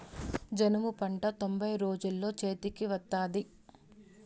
జనుము పంట తొంభై రోజుల్లో చేతికి వత్తాది